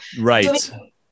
Right